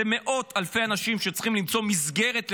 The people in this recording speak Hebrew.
אלה מאות אלפי אנשים שצריכים למצוא מסגרת לילדים.